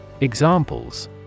Examples